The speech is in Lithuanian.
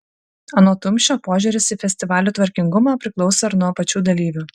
anot tumšio požiūris į festivalių tvarkingumą priklauso ir nuo pačių dalyvių